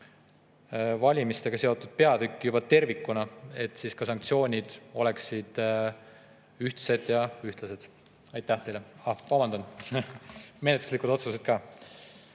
valimistega seotud peatükki tervikuna, et ka sanktsioonid oleksid ühtsed ja ühtlased. Aitäh teile! Vabandan! Menetluslikud otsused ka.